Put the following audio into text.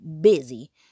busy